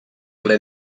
ple